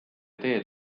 teed